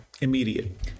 Immediate